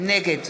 נגד